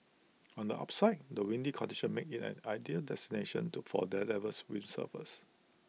on the upside the windy conditions make IT an ideal destination to for daredevil windsurfers